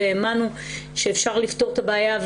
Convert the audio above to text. והאמנו שאפשר לפתור את הבעיה,